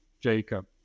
Jacob